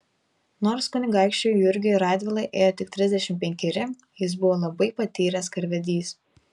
nors kunigaikščiui jurgiui radvilai ėjo tik trisdešimt penkeri jis buvo labai patyręs karvedys